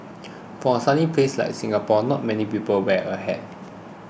for a sunny place like Singapore not many people wear a hat